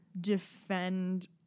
defend